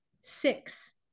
six